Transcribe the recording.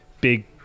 big